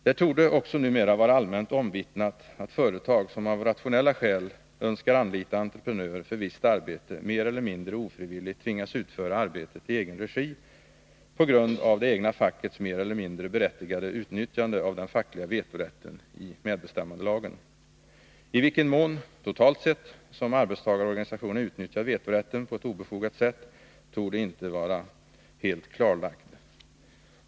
Det torde också numera vara allmänt omvittnat att företag som av rationella skäl önskar anlita entreprenör för visst arbete mer eller mindre ofrivilligt tvingas utföra arbetet i egen regi på grund av det egna fackets mer eller mindre berättigade utnyttjande av den fackliga vetorätten i medbestämmandelagen. I vilken mån — totalt sett — som arbetstagarorganisationerna utnyttjat vetorätten på ett obefogat sätt torde inte vara helt klarlagt.